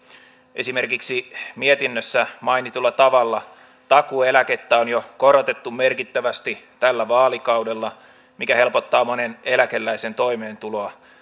esimerkiksi mietinnössä mainitulla tavalla takuueläkettä on jo korotettu merkittävästi tällä vaalikaudella mikä helpottaa monen eläkeläisen toimeentuloa